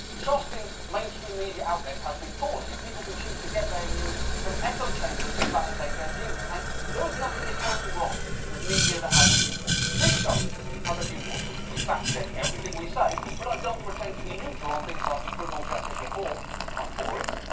trust in mainstream media outlets has been falling, and people can choose to get their news from echo chambers that validate their views. and there's nothing inherently wrong with media that has a viewpoint. this show has a viewpoint. we fact-check everything we say, but i don't pretend to be neutral on things like criminal justice reform i'm for it,